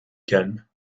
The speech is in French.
calme